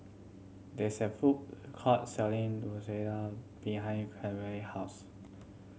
there is a food court selling behind Carmel house